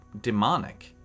demonic